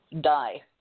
die